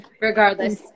regardless